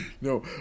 no